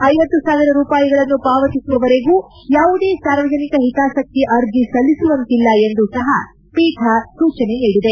ಐವತ್ತು ಸಾವಿರ ರೂಪಾಯಿಗಳನ್ನು ಪಾವತಿಸುವವರೆಗೂ ಯಾವುದೇ ಸಾರ್ವಜನಿಕ ಹಿತಾಸಕ್ತಿ ಅರ್ಜಿ ಸಲ್ಲಿಸುವಂತಿಲ್ಲ ಎಂದೂ ಸಹ ಪೀಠ ಸೂಚನೆ ನೀಡಿದೆ